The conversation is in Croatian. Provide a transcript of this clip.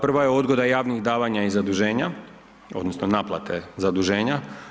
Prva je odgoda javnih davanja i zaduženja odnosno naplate zaduženja.